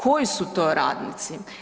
Koji su to radnici?